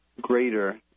greater